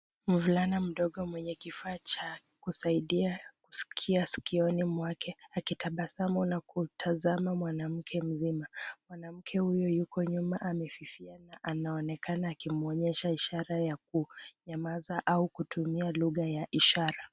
Mvulana mdogo mwenye kifaa cha kusaidia kusikia sikioni mwake akitabasamu na kutazama mwanamke mzima. Mwanamke huyo yuko nyuma ameshushia na anaonekana akimwonyesha ishara ya kunyamaza au kutumia lugha ya ishara.